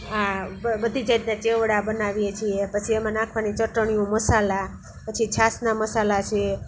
આ બધ બધી જાતના ચેવળા બનાવીએ છીએ પછી એમાં નાખવાની ચટણીઓ મસાલા પછી છાશના મસાલા છે